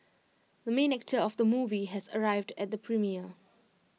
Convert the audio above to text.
the main actor of the movie has arrived at the premiere